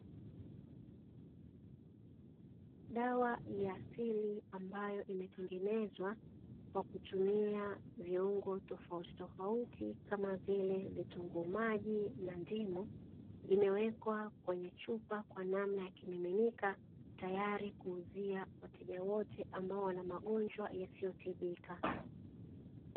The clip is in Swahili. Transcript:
Dawa ya asili ambayo imetengenezwa kwa kutumia viungo tofautitofauti kama vile vitunguu maji na ndimu, imewekwa kwenye chupa kwa namna ya kimiminika; tayari kuuzia wateja wote ambao wana magonjwa yasiyotibika.